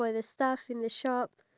afford it